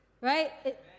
right